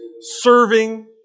serving